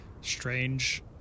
strange